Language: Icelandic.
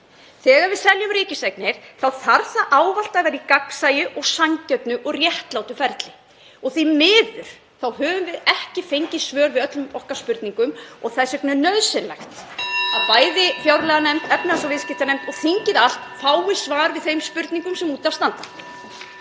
Þegar við seljum ríkiseignir þá þarf það ávallt að vera í gagnsæju, sanngjörnu og réttlátu ferli og því miður höfum við ekki fengið svör við öllum okkar spurningum. Það er því nauðsynlegt að fjárlaganefnd, efnahags- og viðskiptanefnd og þingið allt fái svar við þeim spurningum sem út af standa.